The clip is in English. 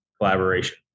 collaboration